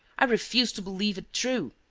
i refuse to believe it true!